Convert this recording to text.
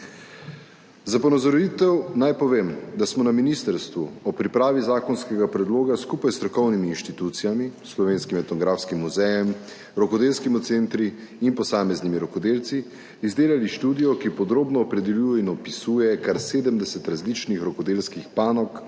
Za ponazoritev naj povem, da smo na ministrstvu ob pripravi zakonskega predloga skupaj s strokovnimi inštitucijami, s Slovenskim etnografskim muzejem, rokodelskimi centri in posameznimi rokodelci izdelali študijo, ki podrobno opredeljuje in opisuje kar sedemdeset različnih rokodelskih panog